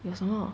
有什么